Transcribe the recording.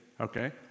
Okay